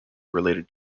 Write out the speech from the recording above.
related